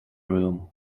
room